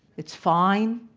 it's fine?